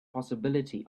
possibility